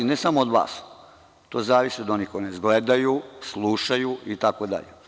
Ne samo od vas, to zavisi od onih koji vas gledaju, slušaju itd.